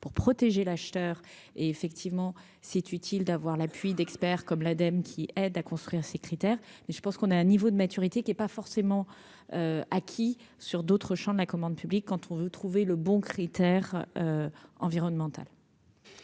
pour protéger l'acheteur et effectivement c'est utile d'avoir l'appui d'experts comme l'Ademe qui aide à construire ses critères, mais je pense qu'on a un niveau de maturité qui est pas forcément acquis sur d'autres champs de la commande publique quand on veut trouver le bon critère environnemental.